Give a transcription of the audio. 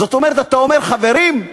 זאת אומרת, אתה אומר: חברים,